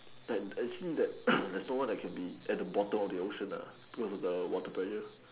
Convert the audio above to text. that actually that there's no one that can be at the bottom of the ocean lah because of the water pressure